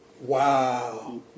Wow